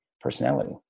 personality